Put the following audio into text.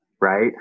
Right